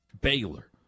Baylor